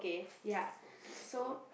ya so